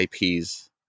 IPs